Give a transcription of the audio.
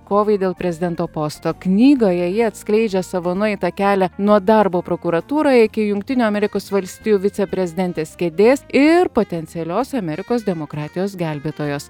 kovai dėl prezidento posto knygoje ji atskleidžia savo nueitą kelią nuo darbo prokuratūroje iki jungtinių amerikos valstijų viceprezidentės kėdės ir potencialios amerikos demokratijos gelbėtojos